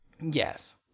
Yes